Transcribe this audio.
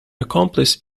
accomplice